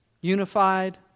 unified